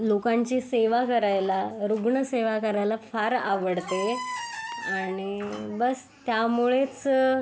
लोकांची सेवा करायला रुग्णसेवा करायला फार आवडते आणि बस त्यामुळेच